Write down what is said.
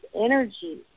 energy